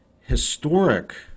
historic